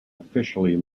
officially